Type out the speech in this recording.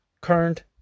current